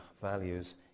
values